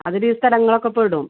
അതിലീ സ്ഥലങ്ങളൊക്കെ പെടും